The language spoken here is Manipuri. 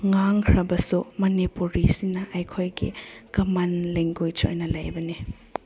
ꯉꯥꯡꯈ꯭ꯔꯕꯁꯨ ꯃꯅꯤꯄꯨꯔꯤꯁꯤꯅ ꯑꯩꯈꯣꯏꯒꯤ ꯀꯃꯝ ꯂꯦꯡꯒ꯭ꯋꯦꯖ ꯑꯣꯏꯅ ꯂꯩꯕꯅꯤ